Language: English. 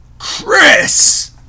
Chris